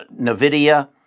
NVIDIA